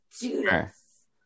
Judas